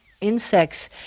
Insects